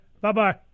Bye-bye